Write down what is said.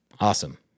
awesome